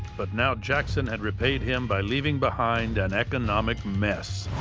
but now jackson had repaid him by leaving behind an economic mess.